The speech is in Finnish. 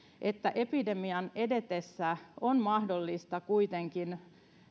että epidemian edetessä on mahdollista kuitenkin